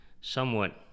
somewhat